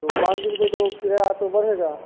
तो पाँच दिन को तो फिर रात को बढ़ेगा